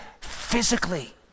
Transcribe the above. physically